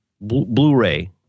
Blu-ray